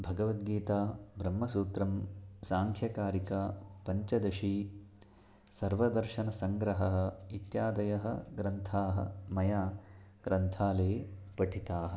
भगवद्गीता ब्रह्मसूत्रं सांख्यकारिका पञ्चदशी सर्वदर्शनसङ्ग्रहः इत्यादयः ग्रन्थाः मया ग्रन्थालये पठिताः